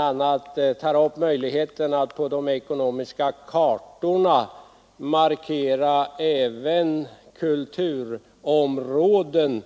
a. tar vi upp möjligheten att på de ekonomiska kartorna markera även kulturområden